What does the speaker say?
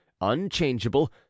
unchangeable